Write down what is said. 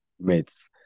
mates